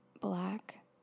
black